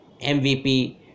MVP